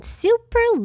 super